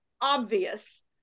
obvious